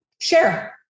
share